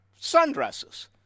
sundresses